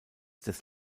des